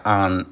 on